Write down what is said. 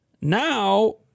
Now